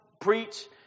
preach